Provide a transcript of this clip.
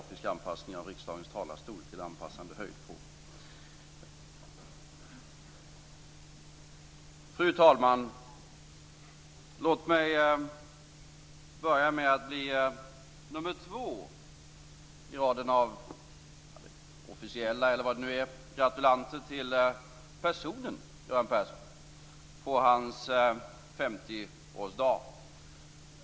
Fru talman! Låt mig börja med att bli nummer två i raden av officiella gratulanter till personen Göran Persson på hans 50-årsdag.